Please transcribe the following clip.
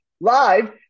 live